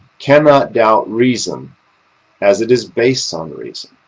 cannot doubt reason as it is based on reason.